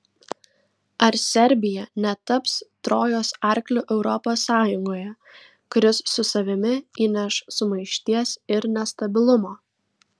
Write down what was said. ar serbija netaps trojos arkliu europos sąjungoje kuris su savimi įneš sumaišties ir nestabilumo